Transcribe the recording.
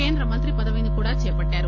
కేంద్ర మంత్రి పదవిని కూడా చేపట్టారు